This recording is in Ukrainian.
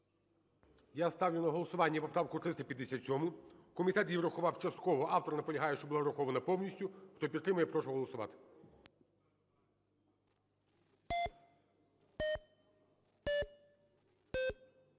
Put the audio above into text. Я ставлю на голосування поправку 357-у. Комітет її врахував частково. Автор наполягає, щоб була врахована повністю. Хто підтримує, прошу голосувати.